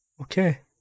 Okay